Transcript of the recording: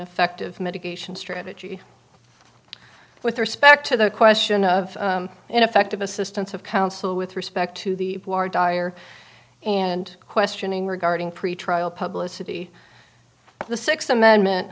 effective medication strategy with respect to the question of ineffective assistance of counsel with respect to the dire and questioning regarding pretrial publicity the sixth amendment